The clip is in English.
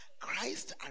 Christ